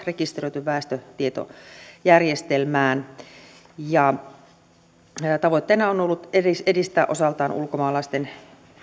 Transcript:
rekisteröity väestötietojärjestelmään tavoitteena on ollut edistää osaltaan ulkomaalaisten